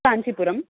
Kanchipuram